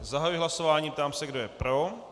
Zahajuji hlasování a ptám se, kdo je pro.